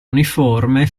uniforme